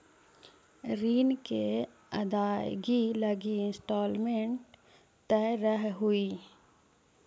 ऋण के अदायगी लगी इंस्टॉलमेंट तय रहऽ हई